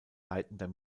leitender